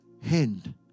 hand